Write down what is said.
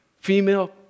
female